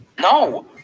No